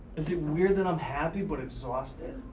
is it weird that i'm happy but exhausted?